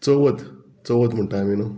चवथ चवथ म्हणटा आमी न्हू